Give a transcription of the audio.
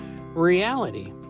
reality